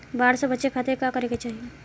बाढ़ से बचे खातिर का करे के चाहीं?